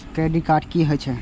Credit card की हे छे?